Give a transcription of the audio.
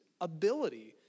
ability